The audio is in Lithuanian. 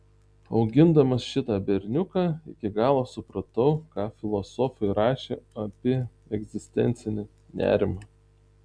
augindamas šitą berniuką iki galo supratau ką filosofai rašė apie egzistencinį nerimą